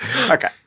Okay